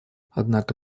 однако